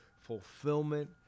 fulfillment